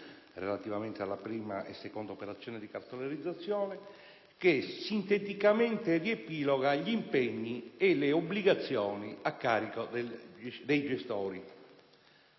relativamente alla prima e seconda operazione di cartolarizzazione, che sinteticamente riepiloga gli impegni e le obbligazioni a carico dei gestori.